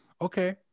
Okay